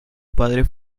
padre